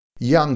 Young